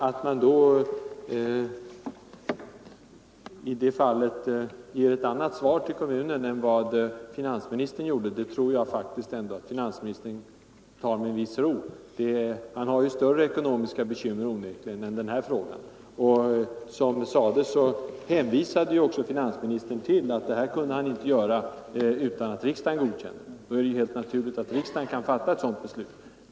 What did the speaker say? Att man i det här fallet ger ett annat svar till kommunen än finansministern gjorde, tror jag faktiskt att finansministern tar med en viss ro. Han har onekligen större ekonomiska bekymmer än den här frågan. Som nämnts hänvisade också finansministern till att så här kunde han inte göra utan att riksdagen godkände det. Då är det helt naturligt att riksdagen kan fatta ett sådant beslut.